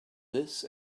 this